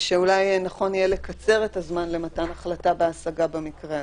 ושאולי נכון יהיה לקצר את הזמן למתן החלטה בהשגה במקרה הזה.